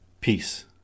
Peace